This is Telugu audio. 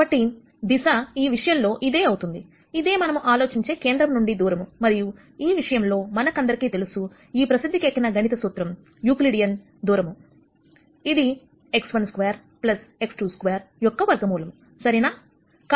కాబట్టి దిశ ఈ విషయంలో ఇదే అవుతుంది ఇదే మనం ఆలోచించే కేంద్రము నుండి దూరము మరియు ఈ విషయములో మనకందరికీ తెలుసుఈ ప్రసిద్ధికెక్కిన గణిత సూత్రం యూక్లిడియన్ దూరము ఇది x12x22యొక్క వర్గమూలం సరేనా